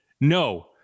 No